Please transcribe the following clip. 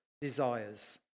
desires